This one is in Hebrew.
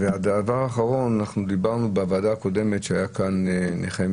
הדבר האחרון, אנחנו דיברנו בוועדה הקודמת עם נחמיה